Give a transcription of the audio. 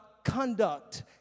conduct